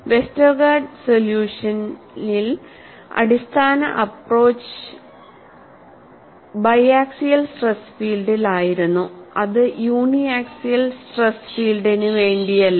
Westergaard സൊല്യൂഷനിൽ അടിസ്ഥാന approach biaxial stress ഫീൽഡിലായിരുന്നു അത് യൂണി ആക്സിയൽ സ്ട്രെസ് ഫീൽഡിന് വേണ്ടിയല്ല